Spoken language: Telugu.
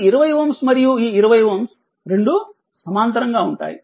ఈ 20Ω మరియు ఈ 20Ω రెండూ సమాంతరంగా ఉంటాయి